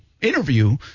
interview